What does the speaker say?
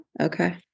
Okay